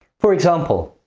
for example,